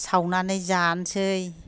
सावनानै जानसै